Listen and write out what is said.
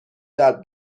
جلب